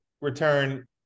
return